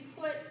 put